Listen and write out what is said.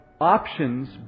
options